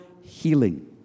healing